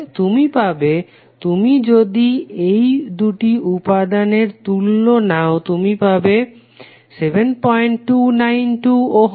তুমি পাবে তুমি যদি এই দুটি উপাদানের তুল্য নাও তুমি পাবে 7292 ওহম